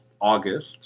August